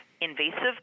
invasive